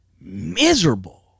miserable